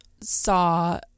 saw